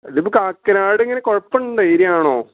ഇതിപ്പം കാക്കനാട് എങ്ങനെ കുഴപ്പം ഉണ്ടോ ഏരിയ ആണോ